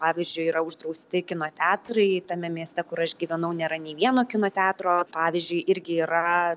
pavyzdžiui yra uždrausti kino teatrai tame mieste kur aš gyvenau nėra nei vieno kino teatro pavyzdžiui irgi yra